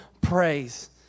praise